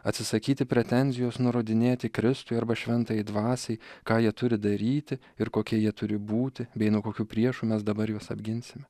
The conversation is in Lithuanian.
atsisakyti pretenzijos nurodinėti kristui arba šventajai dvasiai ką jie turi daryti ir kokie jie turi būti bei nuo kokių priešų mes dabar juos apginsime